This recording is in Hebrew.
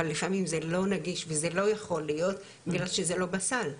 אבל לפעמים זה לא נגיש וזה לא יכול להיות בגלל שזה לא בסל,